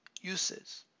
uses